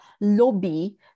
lobby